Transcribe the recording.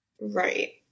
Right